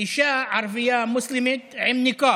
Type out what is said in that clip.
אישה ערבייה מוסלמית עם ניקאב,